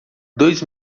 dois